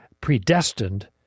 predestined